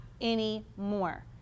anymore